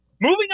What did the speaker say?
Moving